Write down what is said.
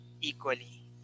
equally